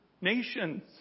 nations